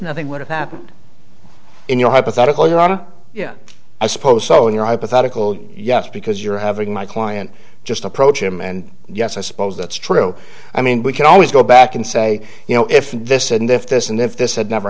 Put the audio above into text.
nothing would have happened in your hypothetical you are yeah i suppose so in your hypothetical yes because you're having my client just approach him and yes i suppose that's true i mean we can always go back and say you know if this and if this and if this had never